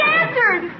answered